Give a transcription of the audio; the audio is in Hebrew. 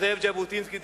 זאב ז'בוטינסקי,